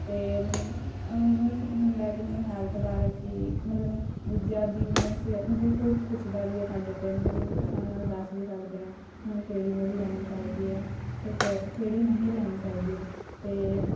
ਅਤੇ ਮਤਲਬ ਮਤਲਬ ਹੁੰਦਾ ਹੈ ਕਿ ਮਤਲਬ ਹੈਲਥ ਬਾਰੇ ਕਿ ਮਤਲਬ ਦੂਜਿਆਂ ਦੀ ਮਤਲਬ ਸਿਹਤ ਜੇ ਕੋਈ ਪੁੱਛਦਾ ਵੀ ਹੈ ਸਾਡੇ ਤੋਂ ਮਤਲਬ ਆਸਾਨੀ ਨਾਲ਼ ਦੱਸ ਵੀ ਸਕਦੇ ਹਾਂ ਮ ਕਿਹੜੀ ਗੋਲ਼ੀ ਲੈਣੀ ਚਾਹੀਦੀ ਹੈ ਅਤੇ ਕਿ ਕਿਹੜੀ ਨਹੀਂ ਲੈਣੀ ਚਾਹੀਦੀ ਹੈ ਅਤੇ